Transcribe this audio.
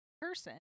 person